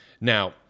Now